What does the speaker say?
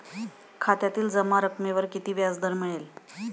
खात्यातील जमा रकमेवर किती व्याजदर मिळेल?